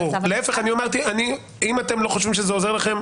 אני אמרתי שאם אתם לא חושבים שזה עוזר לכם,